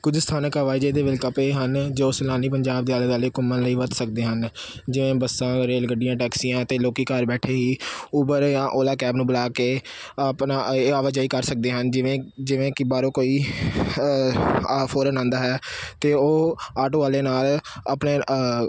ਕੁਝ ਸਥਾਨਕ ਆਵਾਜਾਈ ਦੇ ਹਨ ਜੋ ਸੈਲਾਨੀ ਪੰਜਾਬ ਦੇ ਆਲੇ ਦੁਆਲੇ ਘੁੰਮਣ ਲਈ ਵਰਤ ਸਕਦੇ ਹਨ ਜਿਵੇਂ ਬੱਸਾਂ ਰੇਲ ਗੱਡੀਆਂ ਟੈਕਸੀਆਂ 'ਤੇ ਲੋਕ ਘਰ ਬੈਠੇ ਹੀ ਉਬਰ ਜਾਂ ਔਲਾ ਕੈਬ ਨੂੰ ਬੁਲਾ ਕੇ ਆਪਣਾ ਇਹ ਆਵਾਜਾਈ ਕਰ ਸਕਦੇ ਹਨ ਜਿਵੇਂ ਜਿਵੇਂ ਕਿ ਬਾਹਰੋਂ ਕੋਈ ਆ ਫੌਰਨ ਆਉਂਦਾ ਹੈ ਤਾਂ ਉਹ ਆਟੋ ਵਾਲੇ ਨਾਲ ਆਪਣੇ